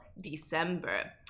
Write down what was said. December